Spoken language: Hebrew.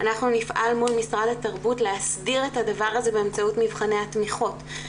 אנחנו נפעל מול משרד התרבות להסדיר את הדבר הזה באמצעות מבחני התמיכות.